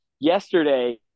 yesterday